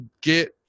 get